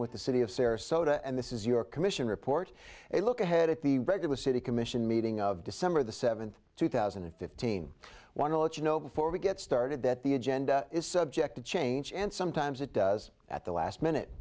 with the city of sarasota and this is your commission report a look ahead at the regular city commission meeting of december the seventh two thousand and fifteen want to let you know before we get started that the agenda is subject to change and sometimes it does at the last minute